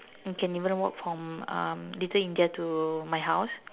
you can even walk from um little India to my house